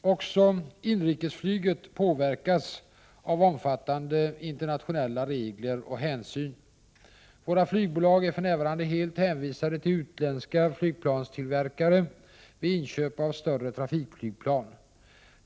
Också inrikesflyget påverkas av omfattande internationella regler och hänsyn. Våra flygbolag är för närvarande helt hänvisade till utländska flygplanstillverkare vid inköp av större trafikflygplan.